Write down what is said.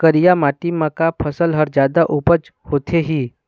करिया माटी म का फसल हर जादा उपज होथे ही?